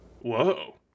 Whoa